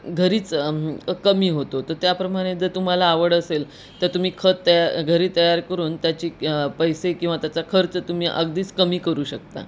घरीच कमी होतो तर त्याप्रमाणे जर तुम्हाला आवड असेल तर तुम्ही खत तया घरी तयार करून त्याची पैसे किंवा त्याचा खर्च तुम्ही अगदीच कमी करू शकता